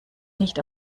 nicht